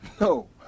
No